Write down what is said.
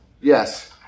yes